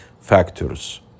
factors